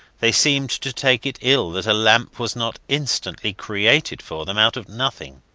they seemed to take it ill that a lamp was not instantly created for them out of nothing.